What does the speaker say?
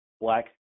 black